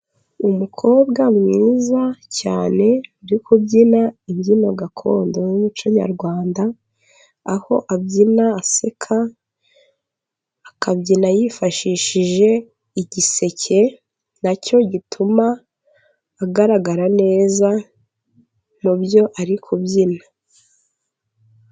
Umukobwa mwiza cyane uri kubyina imbyino gakondo y'umuco nyarwanda, aho abyina aseka, akabyina yifashishije igiseke, nacyo gituma agaragara neza mubyo ari kubyina.